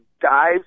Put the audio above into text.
dives